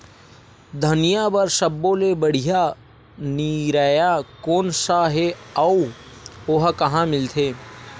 धनिया बर सब्बो ले बढ़िया निरैया कोन सा हे आऊ ओहा कहां मिलथे?